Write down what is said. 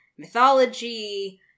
mythology